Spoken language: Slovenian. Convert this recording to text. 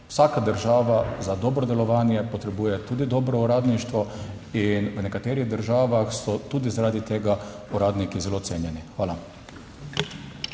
Vsaka država za dobro delovanje potrebuje tudi dobro uradništvo in v nekaterih državah so tudi zaradi tega uradniki zelo cenjeni. Hvala.